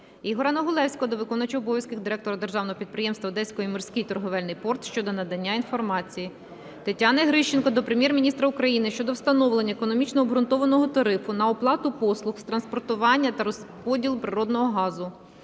Ігоря Негулевського до виконувача обов'язків директора Державного підприємства "Одеський морський торговельний порт" щодо надання інформації. Тетяни Грищенко до Прем'єр-міністра України щодо встановлення економічно-обґрунтованого тарифу на оплату послуг з транспортування та розподілу природного газу.